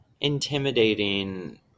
intimidating